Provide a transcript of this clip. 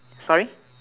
sorry